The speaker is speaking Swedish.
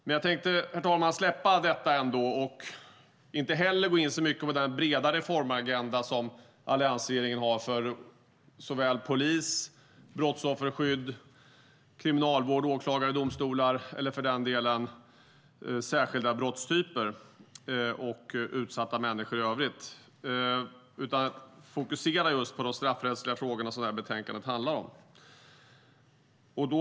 Men jag tänkte, herr talman, ändå släppa detta och inte heller gå in så mycket på den breda reformagenda som alliansregeringen har för polis, brottsofferskydd, kriminalvård, åklagare, domstolar eller för den delen särskilda brottstyper och utsatta människor i övrigt, utan jag tänkte fokusera på de straffrättsliga frågor som betänkandet handlar om.